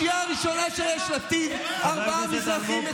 יש לך, בחמישייה הראשונה של יש עתיד ארבעה מזרחים.